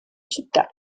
città